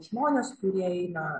žmonės kurie eina